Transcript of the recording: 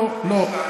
לא, לא.